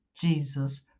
Jesus